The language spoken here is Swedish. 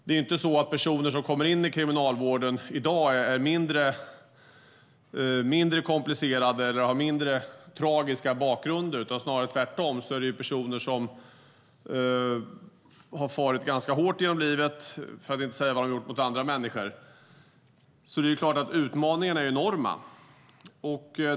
Det är inte så att personer som kommer in i kriminalvården i dag är mindre komplicerade eller har mindre tragiska bakgrunder, utan snarare tvärtom personer som har farit ganska hårt genom livet, för att inte säga vad de har gjort mot andra människor. Det är klart att utmaningarna är enorma.